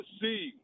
see